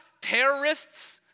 terrorists